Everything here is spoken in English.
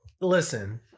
Listen